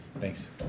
Thanks